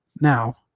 now